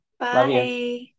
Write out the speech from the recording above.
Bye